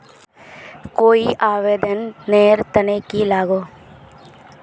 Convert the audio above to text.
कोई आवेदन नेर तने की लागोहो?